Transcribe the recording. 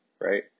right